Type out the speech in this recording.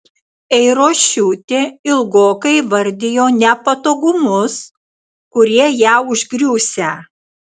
eirošiūtė ilgokai vardijo nepatogumus kurie ją užgriūsią